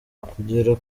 kugera